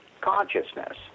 consciousness